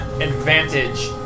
advantage